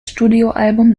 studioalbum